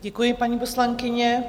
Děkuji, paní poslankyně.